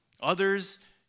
Others